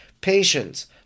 patience